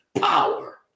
power